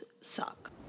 suck